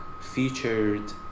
featured